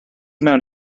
mewn